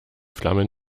flammen